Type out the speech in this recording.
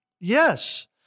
Yes